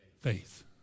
faith